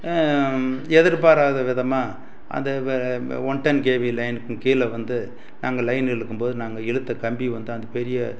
எதிர்பாராத விதமாக அது வ வ ஒன் டன் கேவி லைனுக்கும் கீழே வந்து நாங்கள் லைன் இழுக்கும் போது நாங்கள் இழுத்த கம்பி வந்து அந்த பெரிய